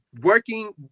working